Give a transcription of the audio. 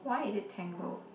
why is it tangled